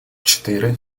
четыре